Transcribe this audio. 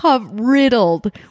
riddled